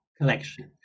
collection